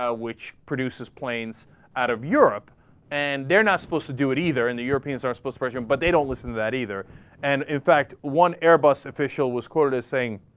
ah which produces planes out of europe and they're not supposed to do it either in the europeans europeans are suppose for jim but they don't listen that either and in fact one airbus official was quoted as saying